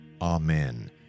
Amen